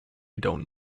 don’t